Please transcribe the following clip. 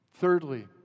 Thirdly